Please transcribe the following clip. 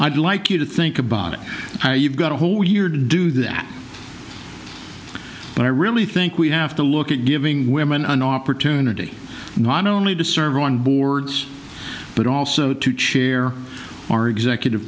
i'd like you to think about it you've got a whole year to do that but i really think we have to look at giving women an opportunity one only to serve on boards but also to chair our executive